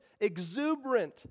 exuberant